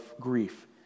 grief